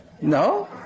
No